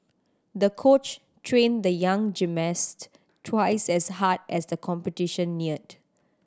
the coach trained the young gymnast twice as hard as the competition neared